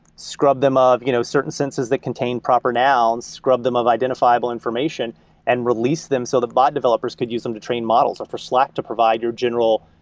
scrub them off you know certain sentences that contain proper nouns, scrub them of identifiable information and release them so the bot developers could use them to train models or for slack to provide your general,